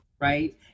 right